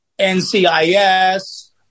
NCIS